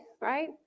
right